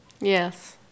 Yes